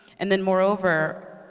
and then, moreover,